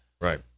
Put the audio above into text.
Right